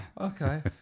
Okay